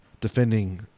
defending